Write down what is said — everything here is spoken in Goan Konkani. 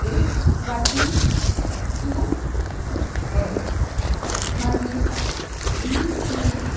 एक वाटी तूप बरें मागीर मिल्क मेड